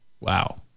Wow